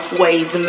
ways